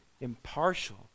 impartial